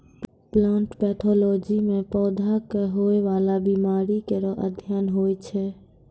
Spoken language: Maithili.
प्लांट पैथोलॉजी म पौधा क होय वाला बीमारी केरो अध्ययन होय छै